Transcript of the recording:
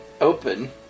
...open